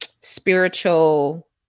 spiritual